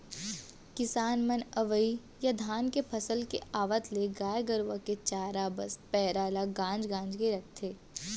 किसान मन अवइ या धान के फसल के आवत ले गाय गरूवा के चारा बस पैरा ल गांज गांज के रखथें